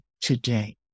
today